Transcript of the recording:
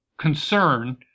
Concern